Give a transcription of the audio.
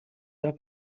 della